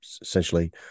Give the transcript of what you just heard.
essentially